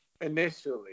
initially